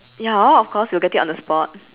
ya of course you'll get it on the spot